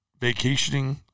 vacationing